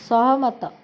ସହମତ